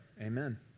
Amen